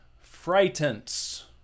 frightens